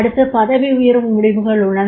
அடுத்து பதவி உயர்வு முடிவுகள் உள்ளன